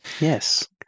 yes